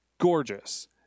gorgeous